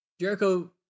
Jericho